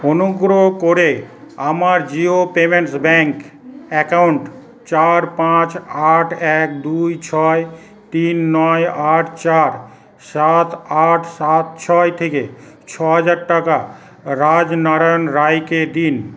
অনুগ্রহ করে আমার জিও পেমেন্টস ব্যাঙ্ক অ্যাকাউন্ট চার পাঁচ আট এক দুই ছয় তিন নয় আট চার সাত আট সাত ছয় থেকে ছহাজার টাকা রাজনারায়ণ রায়কে দিন